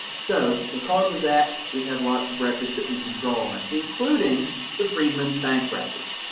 so because of that, we have lots of records that we can draw on, including the freedmen's bank records.